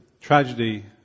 tragedy